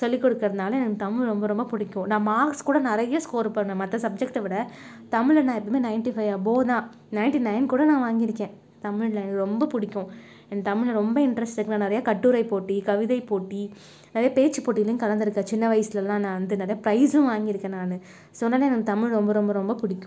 சொல்லிக் கொடுக்குறதுனால எனக்கு தமிழ் ரொம்ப ரொம்ப பிடிக்கும் நான் மார்க்ஸ் கூட நிறைய ஸ்கோர் பண்ணுவேன் மற்ற சப்ஜெக்ட்டை விட தமிழில் நான் எப்போதுமே நைன்டி ஃபை அபோவ் தான் நைன்டி நைன் கூட நான் வாங்கியிருக்கேன் தமிழில் ரொம்ப பிடிக்கும் எனக்கு தமிழ் ரொம்ப இன்ட்ரஸ்ட் நான் நிறைய கட்டுரை போட்டி கவிதை போட்டி நிறைய பேச்சுப்போட்டிலேயும் கலந்துருக்கேன் சின்ன வயசுலெலாம் நான் வந்து நிறைய ப்ரைஸும் வாங்கியிருக்கேன் நான் ஸோ அதனால் எனக்கு தமிழ் ரொம்ப ரொம்ப ரொம்ப பிடிக்கும்